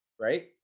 right